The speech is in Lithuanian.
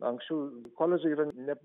anksčiau koledžai yra ne